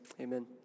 Amen